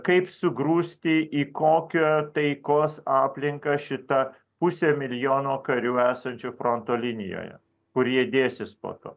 kaip sugrūsti į kokią taikos aplinką šitą pusę milijono karių esančių fronto linijoje kur jie dėsis po to